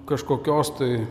kažkokios tai